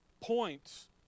points